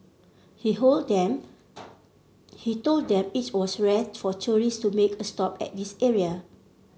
he hold them he told them it was rare for tourists to make a stop at this area